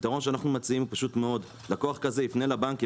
הפתרון שאנחנו מציעים הוא פשוט מאוד: לקוח כזה יפנה לבנק,